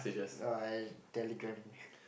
no I Telegram